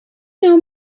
know